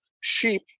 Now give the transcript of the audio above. sheep